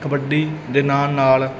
ਕਬੱਡੀ ਦੇ ਨਾਲ ਨਾਲ